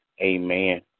Amen